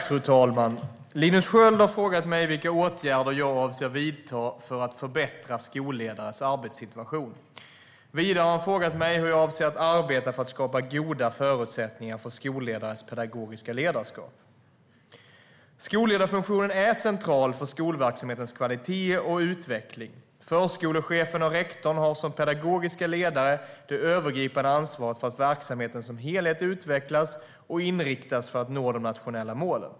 Fru talman! Linus Sköld har frågat mig vilka åtgärder jag avser att vidta för att förbättra skolledares arbetssituation. Vidare har han frågat mig hur jag avser att arbeta för att skapa goda förutsättningar för skolledares pedagogiska ledarskap. Skolledarfunktionen är central för skolverksamhetens kvalitet och utveckling. Förskolechefen och rektorn har som pedagogiska ledare det övergripande ansvaret för att verksamheten som helhet utvecklas och inriktas på att nå de nationella målen.